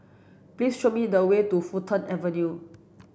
please show me the way to Fulton Avenue